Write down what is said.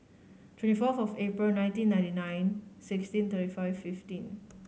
twenty fourth of April nineteen ninety nine sixteen thirty five fifteen